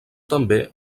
també